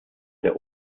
der